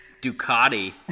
Ducati